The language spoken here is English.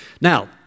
Now